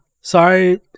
sorry